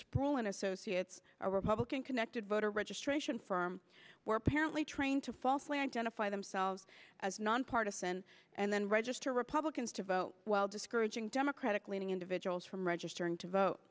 and associates a republican connected voter registration firm were apparently trained to falsely identify themselves as nonpartisan and then register republicans to vote while discouraging democratic leaning individuals from registering to vote